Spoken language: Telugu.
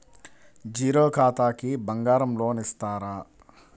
జీరో ఖాతాకి బంగారం లోన్ ఇస్తారా?